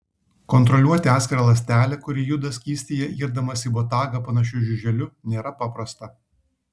kontroliuoti atskirą ląstelę kuri juda skystyje irdamasi į botagą panašiu žiuželiu nėra paprasta